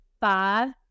five